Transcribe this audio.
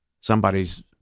somebody's